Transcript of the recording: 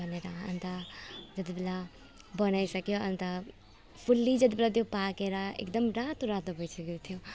भनेर अन्त त्यत्ति बेला बनाइसक्यो अन्त फुल्ली जति बेला त्यो पाकेर एकदम रातो रातो भइसकेको थियो